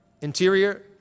Interior